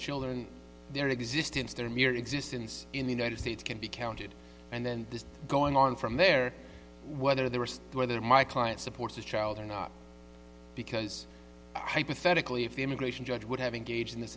children their existence their mere existence in the united states can be counted and then this going on from there whether they were whether my client supports the child or not because hypothetically if the immigration judge would have engaged in this